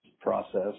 process